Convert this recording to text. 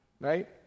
Right